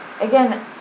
again